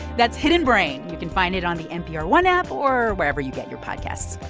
that's hidden brain. you can find it on the npr one app or wherever you get your podcasts.